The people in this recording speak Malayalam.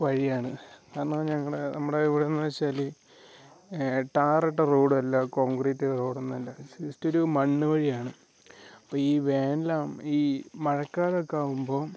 വഴിയാണ് കാരണം ഞങ്ങൾ നമ്മുടെ ഇവിടെ എന്ന് വെച്ചാൽ ടാറിട്ട റോഡും അല്ല കോൺക്രീറ്റ് റോഡൊന്നും അല്ല ജസ്റ്റൊരു മണ്ണുവഴിയാണ് അപ്പം ഈ വേനലാകു ഈ മഴക്കാലം ഒക്കെ ആകുമ്പം